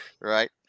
right